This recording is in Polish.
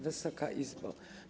Wysoka Izbo!